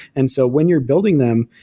and so when you're building them,